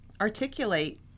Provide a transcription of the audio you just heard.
articulate